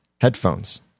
headphones